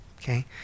Okay